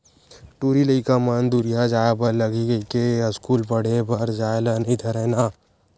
टूरी लइका मन दूरिहा जाय बर लगही कहिके अस्कूल पड़हे बर जाय ल नई धरय ना